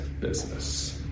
business